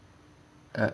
uh